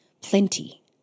plenty